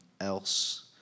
else